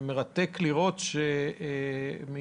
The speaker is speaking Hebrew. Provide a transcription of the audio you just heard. מרתק לראות שמי